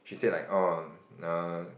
she said like oh err